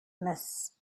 miss